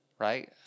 right